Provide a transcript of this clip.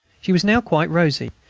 she was now quite rosy,